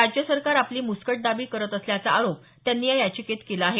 राज्य सरकार आपली मुस्कटदाबी करत असल्याचा आरोप त्यांनी या याचिकेत केला आहे